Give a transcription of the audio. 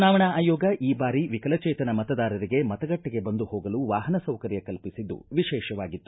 ಚುನಾವಣಾ ಆಯೋಗ ಈ ಬಾರಿ ವಿಕಲಚೇತನ ಮತದಾರರಿಗೆ ಮತಗಟ್ಟೆಗೆ ಬಂದು ಹೋಗಲು ವಾಹನ ಸೌಕರ್ಯ ಕಲ್ಪಿಸಿದ್ದು ವಿಶೇಷವಾಗಿತ್ತು